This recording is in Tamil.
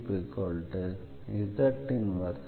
Gz m0fm